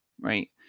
right